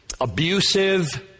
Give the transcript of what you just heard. abusive